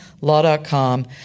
Law.com